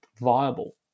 viable